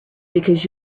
because